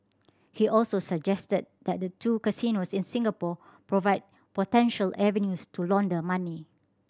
he also suggested that the two casinos in Singapore provide potential avenues to launder money